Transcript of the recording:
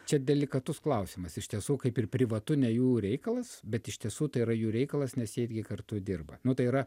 čia delikatus klausimas iš tiesų kaip ir privatu ne jų reikalas bet iš tiesų tai yra jų reikalas nes jie irgi kartu dirba nu tai yra